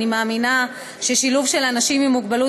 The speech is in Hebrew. אני מאמינה ששילוב של אנשים עם מוגבלות